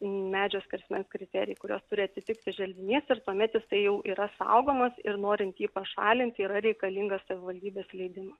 medžio skersmens kriterijai kuriuos turi atitikti želdinys ir tuomet jisai jau yra saugomas ir norint jį pašalinti yra reikalingas savivaldybės leidimas